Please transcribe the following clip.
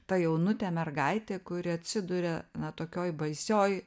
ta jaunutė mergaitė kuri atsiduria na tokioj baisioj